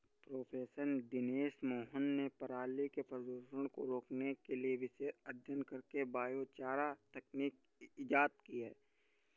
professor Dinesh Mohan ने पराली के प्रदूषण को रोकने के लिए विशेष अध्ययन करके बायोचार तकनीक इजाद की है